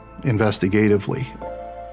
investigatively